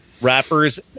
Rappers